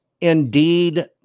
Indeed